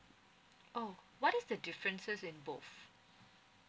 oh what is the differences in both